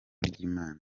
ry’imana